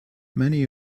many